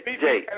Jay